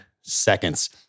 seconds